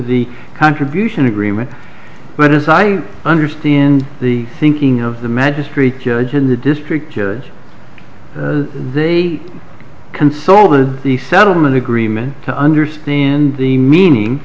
the contribution agreement but as i understand the thinking of the magistrate judge in the district here they consulted the settlement agreement to understand the meaning